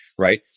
right